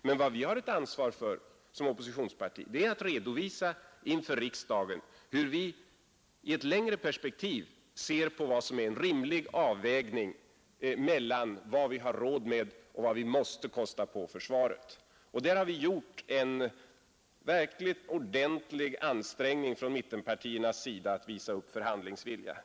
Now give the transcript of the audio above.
Men vad vi som oppositionspartier har ett ansvar för är att redovisa inför riksdagen hur vi i det längre perspektivet ser på vad som är en rimlig avvägning mellan vad vi har råd med och vad vi måste kosta på försvaret. Där har vi från mittenpartiernas sida gjort en verkligt ordentlig ansträngning att visa förhandlingsvilja.